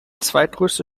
zweitgrößte